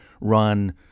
run